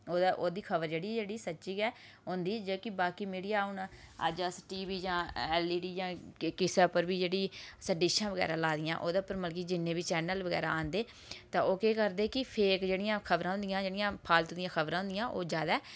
ओह्दी खबर जेह्ड़ा सच्ची गै होंदी जेह्की बाकी मीडिया हून अज्ज अस टीवी जां ऐल्लईडी किसै उप्पर बी जेह्ड़ी असें डिशां बगैरा लादियां ओह्दै उप्पर मतलब कि जिन्ने बी चैन्नल बगैरा औंदे तां ओह् केह् करदे कि फेक जेह्ड़ियां खबरां हेंदियां जेह्ड़ियां फालतू दियां खबरां होंदियां ओह् जैदा